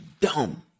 dumb